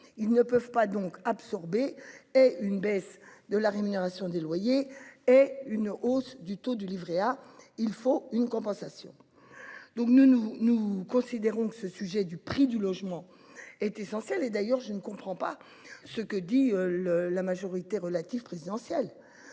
Ils ne peuvent pas absorber une baisse de la rémunération des loyers et une hausse du taux du livret A : il leur faut une compensation ! Par ailleurs, nous considérons que le sujet du prix du logement est essentiel. Sur ce point, je ne comprends pas la position de la majorité relative présidentielle